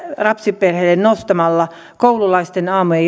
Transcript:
lapsiperheille nostamalla koululaisten aamu ja